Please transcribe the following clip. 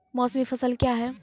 मौसमी फसल क्या हैं?